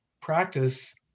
practice